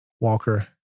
Walker